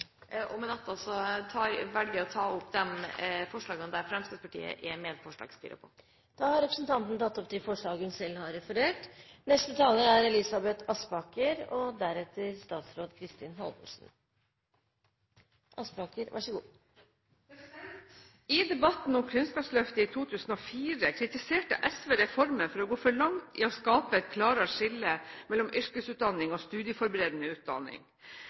Jeg tar opp de forslagene der Fremskrittspartiet er medforslagsstiller. Representanten Mette Hanekamhaug har tatt opp de forslagene hun refererte til. I debatten om Kunnskapsløftet i 2004 kritiserte SV reformen for å gå for langt i å skape et klarere skille mellom yrkesutdanning og studieforberedende utdanning.